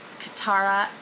Katara